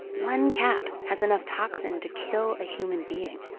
one cap has enough toxin to kill a human being.